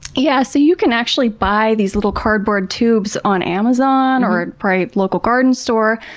yeah, so you can actually buy these little cardboard tubes on amazon or probably a local garden store,